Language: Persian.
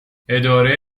اداره